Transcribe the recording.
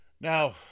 Now